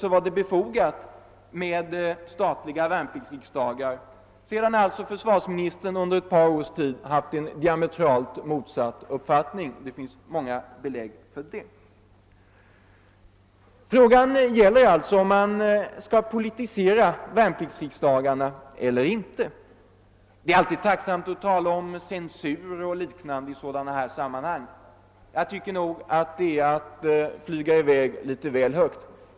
Då var det genast befogat med statliga värnpliktsriksdagar, efter det att försvarsministern sålunda under ett par års tid haft diametralt motsatt uppfattning. Här gäller det alltså om man skall politisera värnpliktsriksdagarna eller inte. Det är alltid tacksamt att i sådana här sammanhang tala om censur och liknande, men det tycker jag är att flyga iväg litet väl högt i detta fall.